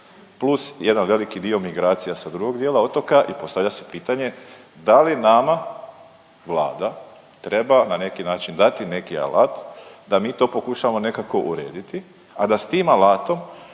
plus jedan veliki dio migracija sa drugog dijela otoka i postavlja se pitanje da li nama Vlada treba, na neki način dati neki alat da mi to pokušamo nekako urediti, a da s tim alatom